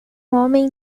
homem